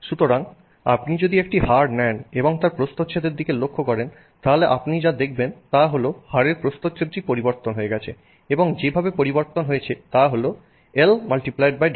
সুতরাং আপনি যদি একটি হাড় নেন এবং তার প্রস্থচ্ছেদের দিকে লক্ষ্য করেন তাহলে আপনি যা দেখবেন তা হল হাড়ের প্রস্থচ্ছেদটি পরিবর্তন হয়ে গেছে এবং যেভাবে পরিবর্তন হয়েছে তা হলো এটির L×W এখন হয়ে যায় 2L×2W